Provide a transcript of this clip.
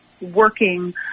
working